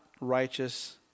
righteous